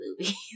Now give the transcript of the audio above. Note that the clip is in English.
movies